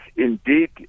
Indeed